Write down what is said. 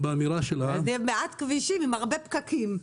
אין תקציב מפורט ל-2022.